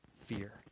fear